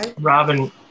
Robin